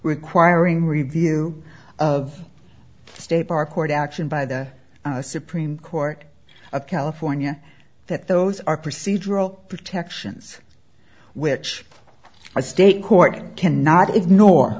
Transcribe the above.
requiring review of state bar court action by the supreme court of california that those are procedural protections which are state court cannot ignore